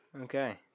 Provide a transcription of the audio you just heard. okay